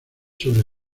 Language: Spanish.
sobre